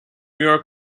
york